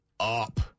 up